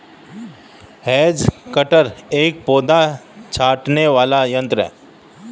has cutter एक पौधा छाँटने वाला यन्त्र है